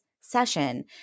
session